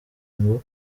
ngo